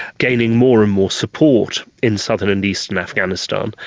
gaining more and more support in southern and eastern afghanistan,